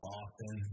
often